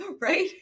Right